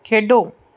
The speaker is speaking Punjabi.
ਖੇਡੋ